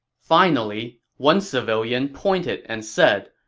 finally, one civilian pointed and said,